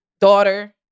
daughter